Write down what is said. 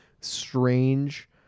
strange